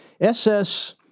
SS